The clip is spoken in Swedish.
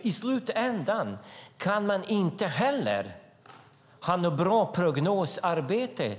I slutändan kan man heller inte ha ett bra prognosarbete.